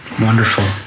Wonderful